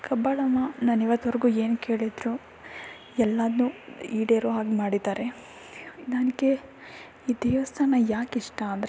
ಕಬ್ಬಾಳಮ್ಮ ನಾನು ಇವತ್ವರೆಗೂ ಏನು ಕೇಳಿದರೂ ಎಲ್ಲಾದನ್ನೂ ಈಡೇರೊ ಹಾಗೆ ಮಾಡಿದ್ದಾರೆ ನನಗೆ ಈ ದೇವಸ್ಥಾನ ಯಾಕಿಷ್ಟ ಅಂದರೆ